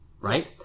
right